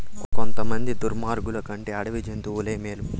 కొంతమంది దుర్మార్గులు కంటే అడవి జంతువులే మేలు